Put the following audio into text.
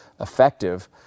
effective